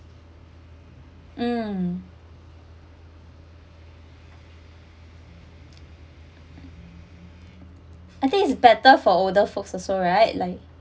um I think is better for older folks also right like